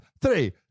Three